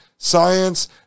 science